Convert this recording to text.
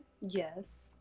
Yes